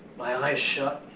my eyes shut.